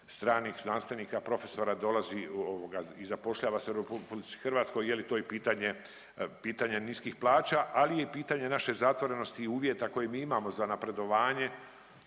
stranih znanstvenika profesora dolazi ovoga i zapošljava se u RH, je li to i pitanje, pitanje niskih plaća, ali je i pitanje naše zatvorenosti i uvjeta koje mi imamo za napredovanje,